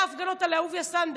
היו הפגנות על אהוביה סנדק,